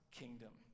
kingdom